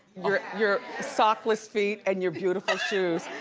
your your sockless feet, and your beautiful shoes.